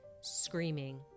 screaming